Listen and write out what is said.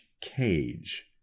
cage